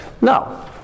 No